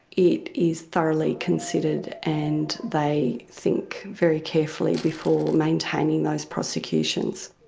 it is thoroughly considered and they think very carefully before maintaining those prosecutions.